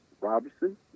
Robinson